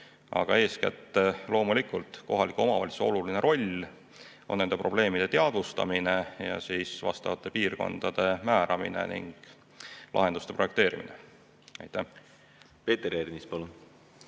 Aga eeskätt on loomulikult kohaliku omavalitsuse oluline roll nende probleemide teadvustamine, vastavate piirkondade määramine ning lahenduste projekteerimine. Peeter Ernits, palun!